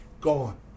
gone